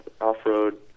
off-road